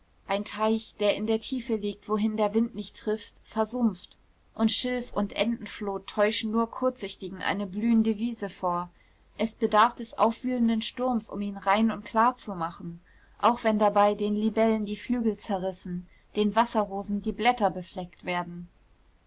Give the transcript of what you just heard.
ein teich der in der tiefe liegt wohin der wind nicht trifft versumpft und schilf und entenflot täuscht nur kurzsichtigen eine blühende wiese vor es bedarf des aufwühlenden sturms um ihn rein und klar zu machen auch wenn dabei den libellen die flügel zerrissen den wasserrosen die blätter befleckt werden